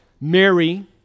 Mary